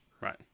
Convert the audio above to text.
right